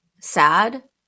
sad